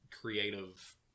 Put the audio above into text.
creative